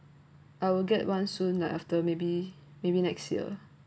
I will get one soon like after maybe maybe next year